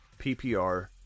PPR